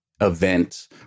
event